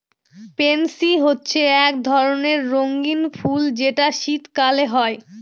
pansy হচ্ছে এক ধরণের রঙ্গীন ফুল যেটা শীতকালে হয়